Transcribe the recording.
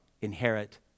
Inherit